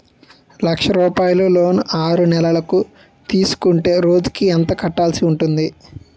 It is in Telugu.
లక్ష రూపాయలు లోన్ ఆరునెలల కు తీసుకుంటే రోజుకి ఎంత కట్టాల్సి ఉంటాది?